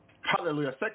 Hallelujah